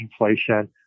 inflation